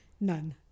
none